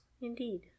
Indeed